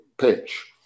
pitch